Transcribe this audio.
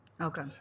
okay